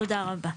תודה רבה.